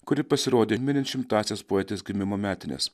kuri pasirodė minint šimtąsias poetės gimimo metines